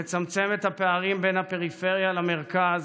לצמצם את הפערים בין הפריפריה למרכז,